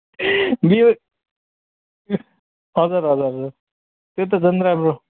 हजुर हजुर हजुर त्यो त झन् राम्रो